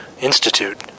Institute